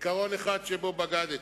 עיקרון אחד שבו בגדת.